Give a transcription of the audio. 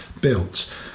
built